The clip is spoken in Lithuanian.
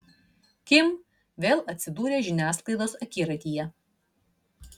kim vėl atsidūrė žiniasklaidos akiratyje